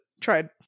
tried